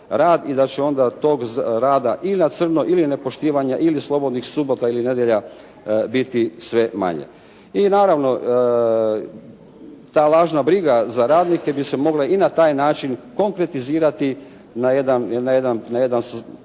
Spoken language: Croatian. i da će onda od tog rada i na crno ili nepoštivanja ili slobodnih subota ili nedjelja biti sve manje. I naravno ta lažna briga za radnike bi se mogla i na taj način konkretizirati na jedan bliži